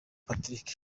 patrick